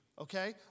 okay